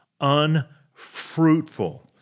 unfruitful